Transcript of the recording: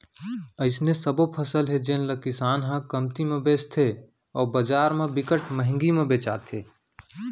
अइसने सबो फसल हे जेन ल किसान ह कमती म बेचथे अउ बजार म बिकट मंहगी म बेचाथे